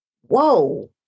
whoa